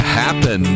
happen